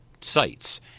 sites